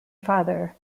father